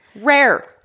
rare